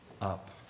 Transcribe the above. up